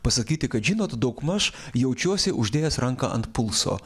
pasakyti kad žinot daugmaž jaučiuosi uždėjęs ranką ant pulso